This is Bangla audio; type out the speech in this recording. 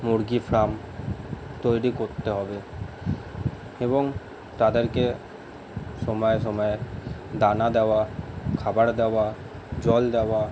মুরগি ফার্ম তৈরি করতে হবে এবং তাদেরকে সময়ে সময়ে দানা দেওয়া খাবার দেওয়া জল দেওয়া